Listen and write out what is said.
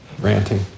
ranting